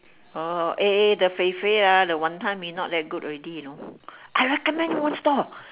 uh eh eh the fei-fei lah the wanton-mee not that good already you know I recommend you one store